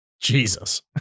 Jesus